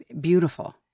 Beautiful